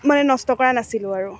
মানে নষ্ট কৰা নাছিলোঁ আৰু